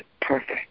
perfect